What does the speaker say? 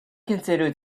considered